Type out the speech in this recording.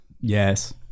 Yes